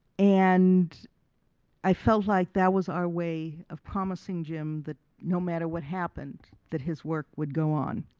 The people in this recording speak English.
and i felt like that was our way of promising jim that no matter what happened that his work would go on.